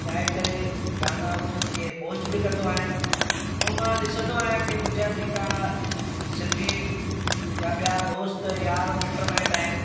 ॻाए करे गाना उन्हनि खे पोस्ट बि कंदो आहियां ऐं मां ॾिसंदो आहियां की मुंहिंजा जेका सिंधी या ॿिया दोस्त यार मिट माइट आहिनि